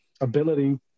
ability